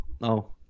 No